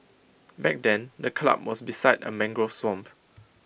back then the club was beside A mangrove swamp